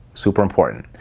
super important.